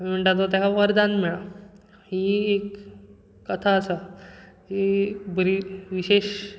म्हणटा तो ताका वरदान मेळ्ळा ही एक कथा आसा ही बरी विशेश